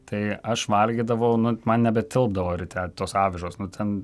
tai aš valgydavau nu man nebetilpdavo ryte tos avižos nu ten